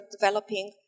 developing